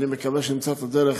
ואני מקווה שנמצא את הדרך,